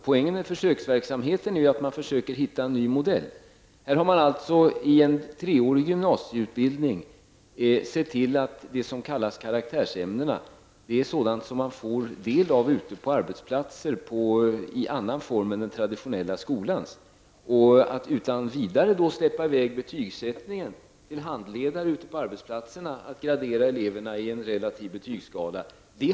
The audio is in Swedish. Poängen med försöksverksamheten är ju att man försöker hitta en ny modell. Här har i en treårig gymnasieutbildning införts att de s.k. karaktärsämnena är sådana som man får studera ute på arbetsplatser, i annan form än i den traditionella skolan. Det har dock inte ansetts lämpligt att utan vidare överlåta betygsättningen på handledare ute på arbetsplatserna och låta dem gradera eleverna i en relativ betygskala.